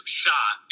shot